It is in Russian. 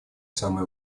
самый